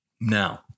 Now